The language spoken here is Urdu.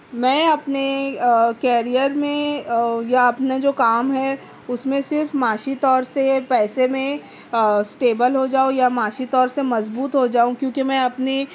میں اپنے کیریئر میں یا اپنا جو کام ہے اُس میں صرف معاشی طور سے پیسے میں اسٹیبل ہو جاؤ یا معاشی طور سے مضبوط ہو جاؤں کیوں کہ میں اپنے